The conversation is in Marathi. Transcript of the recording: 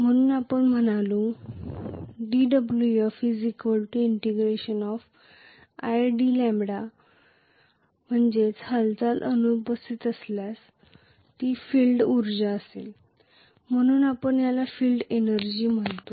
म्हणून आपण म्हणालो dWf id हालचाली अनुपस्थित असल्यास फील्ड ऊर्जा म्हणून आपण याला फील्ड एनर्जी म्हणतो